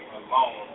alone